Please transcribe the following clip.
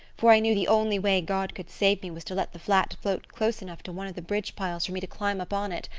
for i knew the only way god could save me was to let the flat float close enough to one of the bridge piles for me to climb up on it.